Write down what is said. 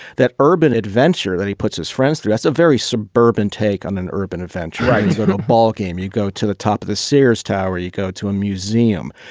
that urban adventure that he puts his friends through, that's a very suburban take on an urban adventure. right. got but a ballgame. you go to the top of the sears tower, you go to a museum.